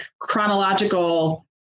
chronological